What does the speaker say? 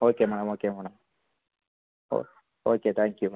okay madam okay madam okay okay thank you madam